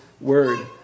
Word